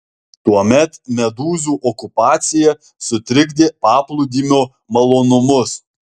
tuomet medūzų okupacija sutrikdė paplūdimio malonumus